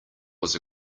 was